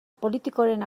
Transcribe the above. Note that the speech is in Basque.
politikoren